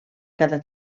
cada